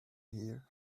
here